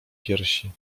piersi